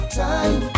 time